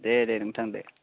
दे दे नोंथां दे